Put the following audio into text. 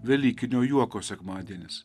velykinio juoko sekmadienis